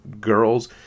girls